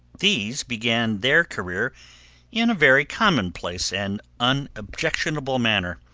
these began their career in a very commonplace and unobjectionable manner,